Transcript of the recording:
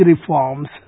reforms